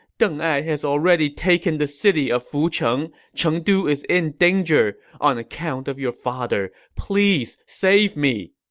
deng ai has already taken the city of fucheng. chengdu is in danger. on account of your father, please save me!